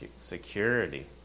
security